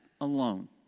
alone